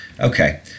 Okay